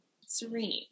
Serene